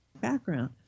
background